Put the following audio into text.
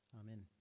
Amen